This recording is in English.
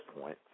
point